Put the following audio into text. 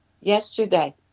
yesterday